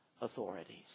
authorities